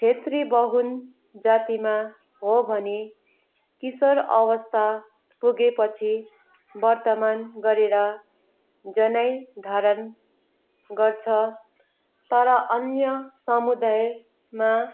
छेत्री बाहुन जातिमा हो भने किशोर अवस्था पुगेपछि वर्तमान गरेर जनै धारण गर्छ तर अन्य समुदायमा